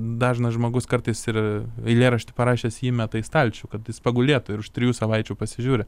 dažnas žmogus kartais ir eilėraštį parašęs jį įmeta į stalčių kad jis pagulėtų ir už trijų savaičių pasižiūri